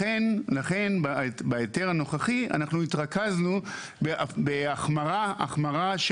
לכן בהיתר הנוכחי אנחנו התרכזנו בהחמרה של